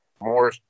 more